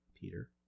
Peter